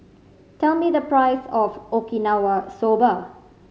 tell me the price of Okinawa Soba